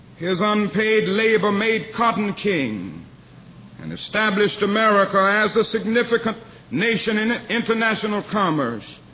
his unpaid labor made cotton king and established america as a significant nation in international commerce.